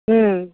हूँ